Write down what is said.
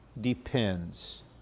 depends